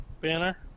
banner